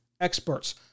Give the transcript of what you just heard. experts